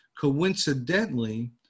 coincidentally